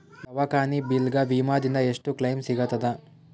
ದವಾಖಾನಿ ಬಿಲ್ ಗ ವಿಮಾ ದಿಂದ ಎಷ್ಟು ಕ್ಲೈಮ್ ಸಿಗತದ?